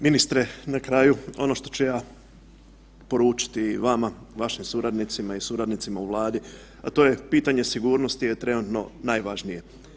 Ministre i na kraju ono što ću ja poručiti vama, vašim suradnicima i suradnicima u Vladi, a to je pitanje sigurnosti je trenutno najvažnije.